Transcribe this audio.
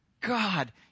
God